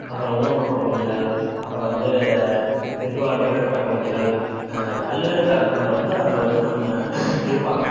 அப்புறோம் ஊனமுற்ற குழந்தைகள் அப்புறோம் வந்து பெற்றோரால் கைவிடப்பட்ட குழந்தைகள் பல்வேறு தரப்பினர் வந்து அங்கே வந்து நம்ம இருப்பாங்க